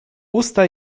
usta